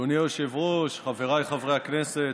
אדוני היושב-ראש, חבריי חברי הכנסת,